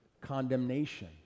condemnation